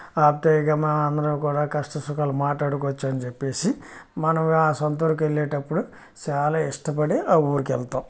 ఆప్యాయంగా మనం అందరు కూడా కష్టసుఖాలు మాట్లాడుకోవచ్చు అని చెప్పి మనం ఆ సొంత ఊరుకు వెళ్ళేటప్పుడు చాలా ఇష్టపడి ఆ ఊరికి వెళ్తాం